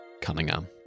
Cunningham